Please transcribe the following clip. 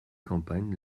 campagne